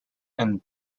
and